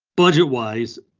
budget wise,